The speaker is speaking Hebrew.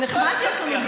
זה נחמד שיש שיח.